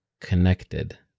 connected